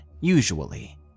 usually